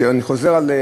ואני חוזר על,